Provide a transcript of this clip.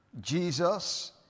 Jesus